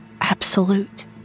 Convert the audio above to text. absolute